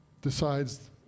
decides